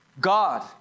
God